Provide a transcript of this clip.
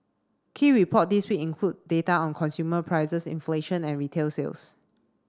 key report this week include data on consumer prices inflation and retail sales